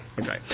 okay